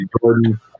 Jordan